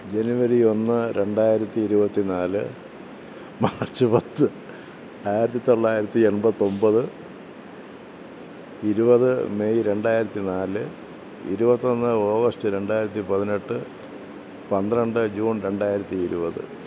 ജനുവരി ഒന്ന് രണ്ടായിരത്തി ഇരുപത്തിനാല് മാര്ച്ച് പത്ത് ആയിരത്തിത്തൊള്ളായിരത്തി എണ്പത്തൊമ്പത് ഇരുപത് മെയ് രണ്ടായിരത്തി നാല് ഇരുപത്തൊന്ന് ഓഗസ്റ്റ് രണ്ടായിരത്തി പതിനെട്ട് പന്ത്രണ്ട് ജൂണ് രണ്ടായിരത്തി ഇരുപത്